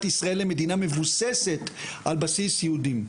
ישראל למדינה מבוססת על בסיס יהודים.